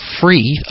free